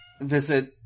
visit